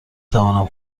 توانم